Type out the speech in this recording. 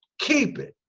keep it,